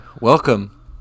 Welcome